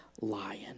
lion